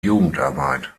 jugendarbeit